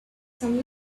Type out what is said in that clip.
some